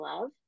love